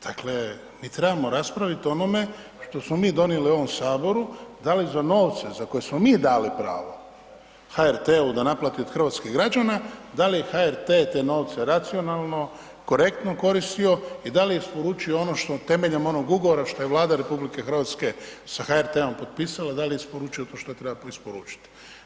Dakle, mi trebamo raspraviti o onome što smo mi donijeli u ovom saboru, da li za novce za koje smo mi dali pravo HRT-u da naplati od hrvatskih građana, da li HRT te novce racionalno, korektno koristio i da li je isporučio ono što temeljem onog ugovora što je Vlada RH sa HRT-om potpisala, da li je isporučio to što je trebao isporučiti.